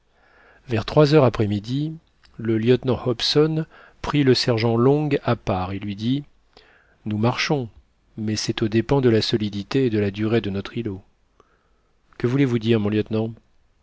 vers trois heures après midi le lieutenant hobson prit le sergent long à part et lui dit nous marchons mais c'est aux dépens de la solidité et de la dureé de notre îlot que voulez-vous dire mon lieutenant